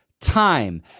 time